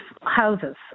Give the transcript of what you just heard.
houses